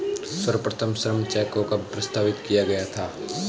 सर्वप्रथम श्रम चेक को कब प्रस्तावित किया गया था?